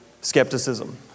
skepticism